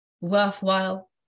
worthwhile